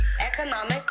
economic